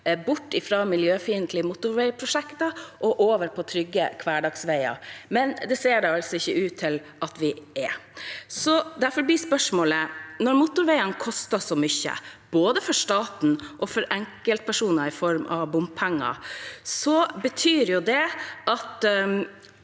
bort fra miljøfiendtlige motorveiprosjekter og over på trygge hverdagsveier – men det ser det ikke ut til at vi er. Når motorveiene koster så mye for staten og for enkeltpersoner i form av bompenger, betyr det at